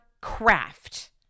craft